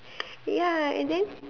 ya and then